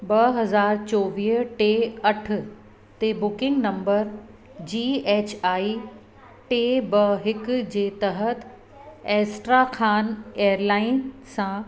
ॿ हज़ार चोवीह टे अठ ते booking number G H I टे ॿ हिक जे तहत एस्टराखान एयरलाइन सां